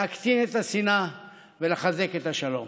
להקטין את השנאה ולחזק את השלום.